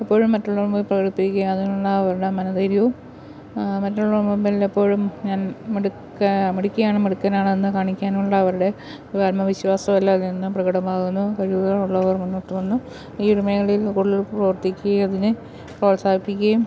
എപ്പോഴും മറ്റുള്ളവരുടെ മുൻപിൽ പ്രകടിപ്പിക്കുക അതിനുള്ള അവരുടെ മനോധൈര്യവും മറ്റുള്ളവരുടെ മുൻപിൽ എപ്പോഴും ഞാൻ മിടുക്ക മിടുക്കിയാണ് മിടുക്കനാണെന്ന് കാണിക്കാനുള്ള അവരുടെ ആത്മവിശ്വാസവും എല്ലാം അതിൽ നിന്ന് പ്രകടമാകുന്നു കഴിവുകൾ ഉള്ളവർ മുന്നോട്ട് വന്ന് ഈ ഒരു മേഖലയിൽ കൂടുതൽ പ്രവർത്തിക്കുകയും അതിനെ പ്രോത്സാഹിപ്പിക്കുകയും